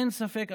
אין ספק,